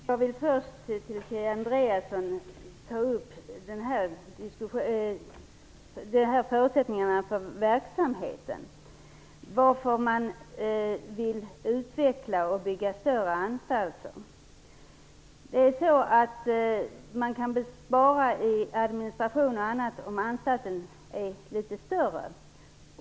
Fru talman! Jag vill först för Kia Andreasson peka på förutsättningarna för verksamheten och på anledningen till att man vill utveckla och bygga större anstalter. Man kan spara på administration m.m., om anstalten är litet större.